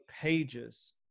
pages